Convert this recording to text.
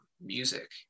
music